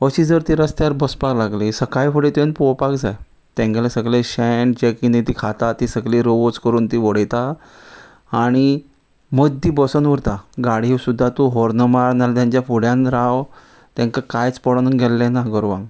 अशी जर ती रस्त्यार बसपाक लागली सकाळी फुडें त्यो पळोवपाक जाय तेंगेले सगळे शेण जे किदें ती खाता ती सगळी रवच करून ती वडयता आनी मद्दी बसोन उरता गाडयो सुद्दा तूं हॉर्न मार ना जाल्यार तेंच्या फुड्यान राव तेंकां कांयच पडन गेल्ले ना गोरवांक